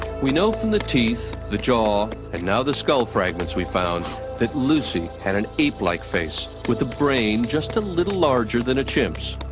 we know from the teeth, the jaw, and now the skull fragments we found, that lucy had an ape-like face, with the brain just a little larger than a chimps.